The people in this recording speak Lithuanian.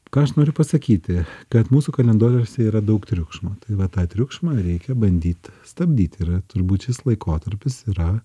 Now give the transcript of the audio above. ką aš noriu pasakyti kad mūsų kalendoriuose yra daug triukšmo tai vat tą triukšmą reikia bandyt stabdyti yra turbūt šis laikotarpis yra